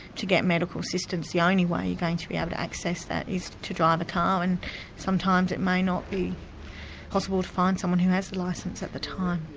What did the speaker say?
to get medical assistance the only way you're going to be able to access that is to drive a car, and sometimes it may not be possible to find someone who has a licence at the time.